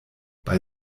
bei